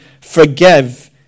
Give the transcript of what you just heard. forgive